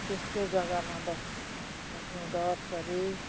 त्यस्तो जगामा बस्छु बस्नु डरसरि